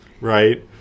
Right